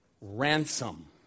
ransom